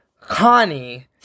Connie